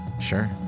Sure